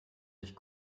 sich